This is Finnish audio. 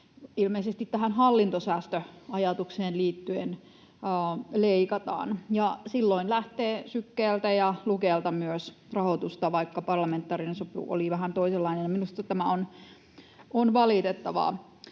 ilmeisesti tähän hallintosäästöajatukseen liittyen leikataan. Silloin lähtee myös Sykeltä ja Lukelta rahoitusta, vaikka parlamentaarinen sopu oli vähän toisenlainen. Minusta tämä on valitettavaa.